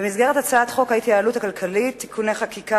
במסגרת הצעת חוק ההתייעלות הכלכלית (תיקוני חקיקה